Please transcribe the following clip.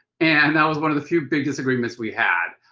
and that was one of the few big disagreements we had.